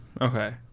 okay